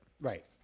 Right